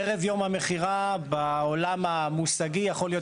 ערב יום המכירה בעולם המושגי יכול להיות